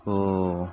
اوہ